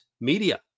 Media